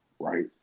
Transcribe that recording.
right